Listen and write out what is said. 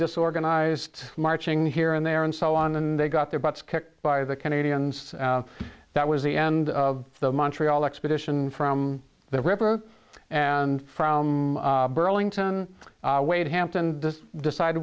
disorganized marching here and there and so on and they got their butts kicked by the canadians that was the end of the montreal expedition from the river and from burlington wade hampton decided